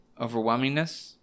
overwhelmingness